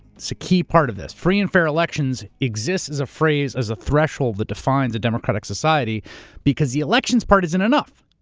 so a key part of this. free and fair elections exists as a phrase as a threshold that defines a democratic society because the elections part isn't enough.